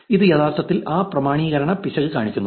അത് യഥാർത്ഥത്തിൽ ആ പ്രാമാണീകരണ പിശക് കാണിക്കുന്നു